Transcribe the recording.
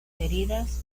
heridas